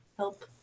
help